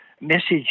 message